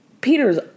Peter's